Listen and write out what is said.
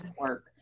work